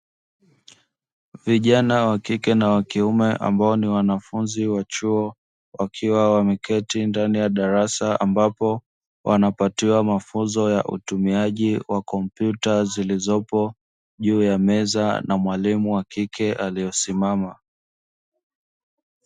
Vijana wa kike na wa kiume, ambao ni wanafunzi wa chuo, wakiwa wameketi ndani ya darasa ambapo wanapatiwa mafunzo ya utumiaji wa kompyuta zilizopo juu ya meza na mwalimu wa kike aliyesimama.